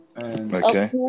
okay